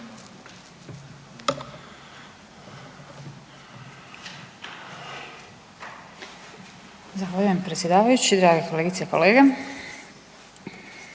Zahvaljujem predsjedavajući. Drage kolegice i kolege,